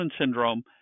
syndrome